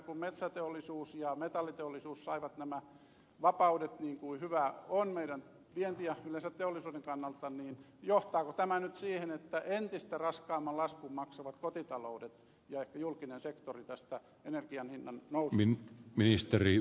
kun metsäteollisuus ja metalliteollisuus saivat nämä vapaudet niin kuin hyvä on meidän vientimme ja yleensä teollisuuden kannalta niin johtaako tämä nyt siihen että entistä raskaamman laskun maksavat kotitaloudet ja ehkä julkinen sektori tästä energian hinnannoususta